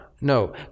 no